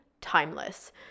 timeless